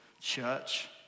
church